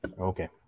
okay